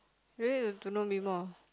really want to know me more